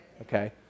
Okay